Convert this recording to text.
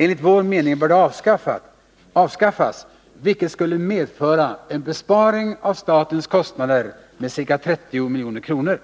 Enligt vår mening bör det avskaffas, vilket skulle medföra en besparing av statens kostnader med ca 30 milj.kr.